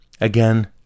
again